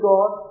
God